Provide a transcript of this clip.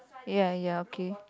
ya ya okay